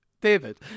David